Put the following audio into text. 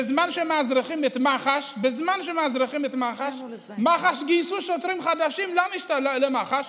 בזמן שמאזרחים את מח"ש, גייסו שוטרים חדשים למח"ש,